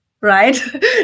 right